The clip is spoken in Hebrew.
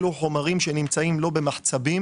בגלל שאלה חומרים שנמצאים לא במחצבים,